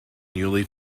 newly